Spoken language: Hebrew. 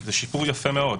זה שיפור יפה מאוד.